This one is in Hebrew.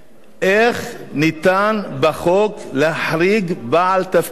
איך ניתן בחוק להחריג בעל תפקיד אחד.